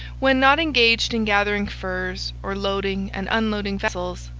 when not engaged in gathering furs or loading and unloading vessels,